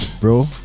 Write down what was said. Bro